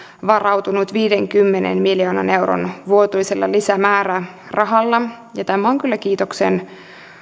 varautunut viidenkymmenen miljoonan euron vuotuisella lisämäärärahalla ja tämä on kyllä kiitoksen